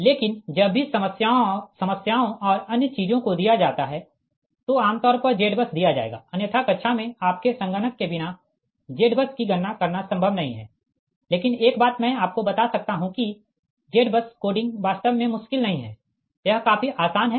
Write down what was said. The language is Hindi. लेकिन जब भी समस्याओं और अन्य चीजों को दिया जाता है तो आमतौर पर ZBUS दिया जाएगा अन्यथा कक्षा में आपके संगणक के बिना ZBUS की गणना करना संभव नहीं है लेकिन एक बात मैं आपको बता सकता हूँ कि Z बस कोडिंग वास्तव में मुश्किल नहीं है यह काफी आसान है